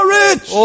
rich